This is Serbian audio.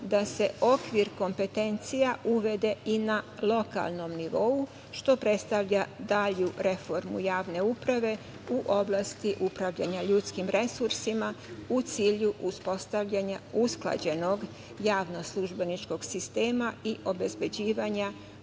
da se okvir kompetencija uvede i na lokalnom nivou, što predstavlja dalju reformu javne uprave u oblasti upravljanja ljudskim resursima, u cilju uspostavljanja usklađenog javno-službeničkog sistema i obezbeđivanja